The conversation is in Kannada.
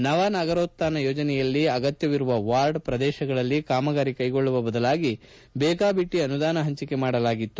ನವ ನಗರೋತ್ಯಾನ ಯೋಜನೆಯಲ್ಲಿ ಅಗತ್ಯವಿರುವ ವಾರ್ಡ್ ಪ್ರದೇಶಗಳಲ್ಲಿ ಕಾಮಗಾರಿ ಕೈಗೊಳ್ಲವ ಬದಲಾಗಿ ಬೇಕಾಬಿಟ್ಲಿ ಅನುದಾನ ಪಂಚಕೆ ಮಾಡಲಾಗಿತ್ತು